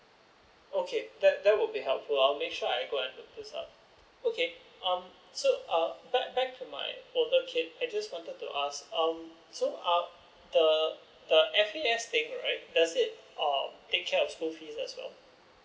okay that that would be helpful I'll make sure I'll go and check this out okay um so um back back to my older kid I just wanted to ask um so um the f a s thing does it take care of school fees as well